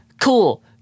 cool